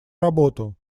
работу